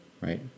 right